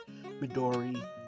Midori